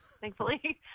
thankfully